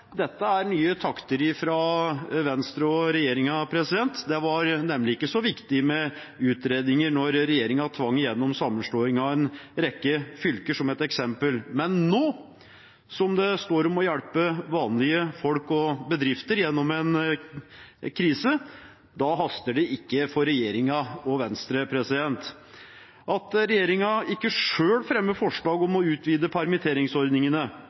Dette er nye takter fra Venstre og regjeringen. Det var nemlig ikke så viktig med utredninger da regjeringen tvang igjennom sammenslåing av en rekke fylker, som et eksempel. Men nå når det står om å hjelpe vanlige folk og bedrifter gjennom en krise, haster det ikke for regjeringen og Venstre. At regjeringen ikke selv fremmer forslag om å utvide permitteringsordningene,